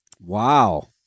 Wow